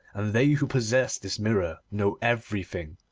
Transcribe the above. and they who possess this mirror know everything,